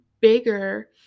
bigger